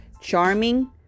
charming